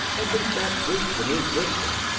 at least that's proof of a new system.